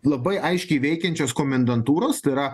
labai aiškiai veikiančios komendantūros tai yra